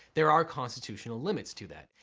there are constitutional limits to that.